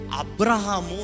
Abraham